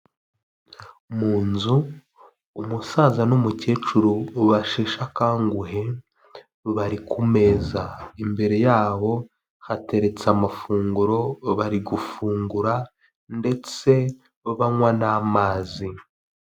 Mu nzu umusaza n'umukecuru basheshe akanguhe bari ku meza, imbere yabo hateretse amafunguro bari gufungura ndetse banywa n'amazi.